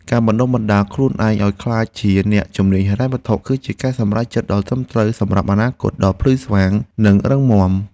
ការបណ្តុះបណ្តាលខ្លួនឯងឱ្យក្លាយជាអ្នកជំនាញហិរញ្ញវត្ថុ គឺជាការសម្រេចចិត្តដ៏ត្រឹមត្រូវសម្រាប់អនាគតដ៏ភ្លឺស្វាងនិងរឹងមាំ។